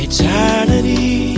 Eternity